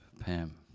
Pam